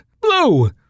blue